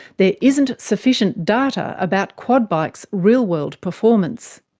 there isn't sufficient data about quad bikes' real-world performance.